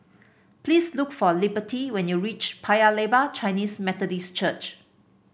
please look for Liberty when you reach Paya Lebar Chinese Methodist Church